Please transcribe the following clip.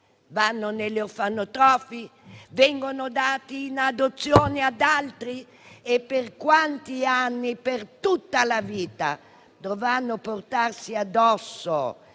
Vanno negli orfanotrofi? Vengono dati in adozione ad altri? Per quanti anni - magari per tutta la vita - dovranno portarsi addosso